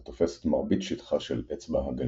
התופס את מרבית שטחה של "אצבע הגליל".